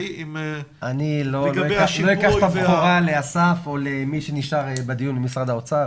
--- אני לא אקח את הבכורה לאסף או למי שנשאר בדיון ממשרד האוצר.